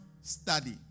study